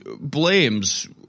blames